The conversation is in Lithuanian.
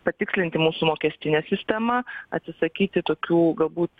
patikslinti mūsų mokestinę sistemą atsisakyti tokių galbūt